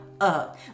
up